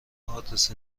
آدرس